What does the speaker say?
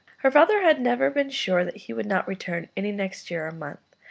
her father had never been sure that he would not return any next year or month,